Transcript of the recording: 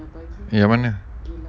yang mana